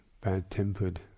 bad-tempered